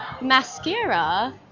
mascara